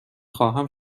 خواهم